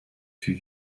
fût